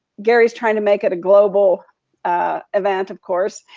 gary is trying to make it a global event, of course,